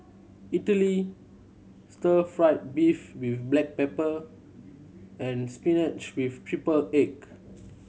stir fried beef with black pepper and spinach with triple egg